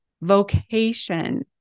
vocation